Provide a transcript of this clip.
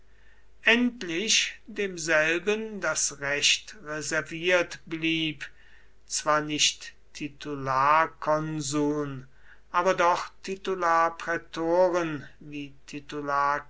endlich demselben das recht reserviert blieb zwar nicht titularkonsuln aber doch titularprätoren wie